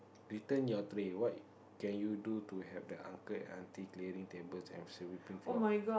return your tray what can you do to help the uncle and auntie clearing tables and sweeping floor